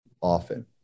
often